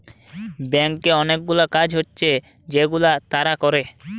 ব্যাংকে অনেকগুলা কাজ হচ্ছে যেগুলা তারা করে